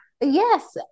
yes